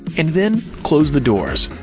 and then close the doors.